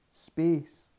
Space